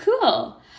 cool